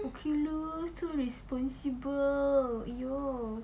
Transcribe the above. okay lor so responsible !aiyo!